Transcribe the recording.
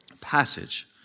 passage